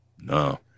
No